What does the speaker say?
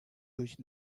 durch